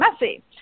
messy